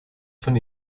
von